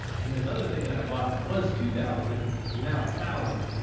and there's other thing that i bought that was two thousand is now a thousand.